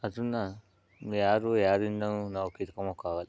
ಅದನ್ನು ಯಾರು ಯಾರಿಂದಲೂ ನಾವು ಕಿತ್ಕೊಂಬೋಕಾಗಲ್ಲ